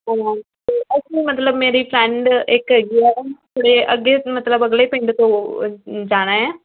ਉਹ ਅਸੀਂ ਮਤਲਬ ਮੇਰੀ ਫਰੈਂਡ ਇੱਕ ਹੈਗੀ ਹੈ ਥੋੜ੍ਹੇ ਅੱਗੇ ਮਤਲਬ ਅਗਲੇ ਪਿੰਡ ਤੋਂ ਜਾਣਾ ਹੈ